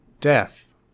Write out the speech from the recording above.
Death